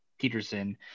Peterson